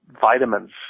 vitamins